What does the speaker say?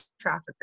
traffickers